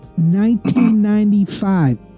1995